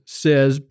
says